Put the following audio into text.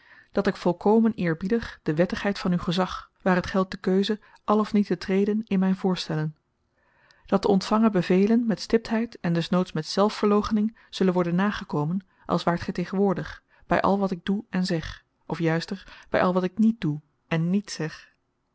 dat ik volkomen eerbiedig de wettigheid van uw gezag waar het geldt de keuze al of niet te treden in myn voorstellen dat de ontvangen bevelen met stiptheid en des noods met zelfverloochening zullen worden nagekomen als waart gy tegenwoordig by al wat ik doe en zeg of juister by al wat ik niet doe en niet zeg